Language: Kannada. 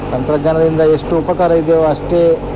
ತಂತ್ರಜ್ಞಾನದಿಂದ ಎಷ್ಟು ಉಪಕಾರ ಇದೆಯೋ ಅಷ್ಟೇ